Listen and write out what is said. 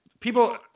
people